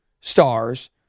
stars